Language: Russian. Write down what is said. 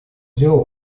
делу